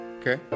Okay